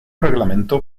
reglamento